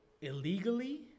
Illegally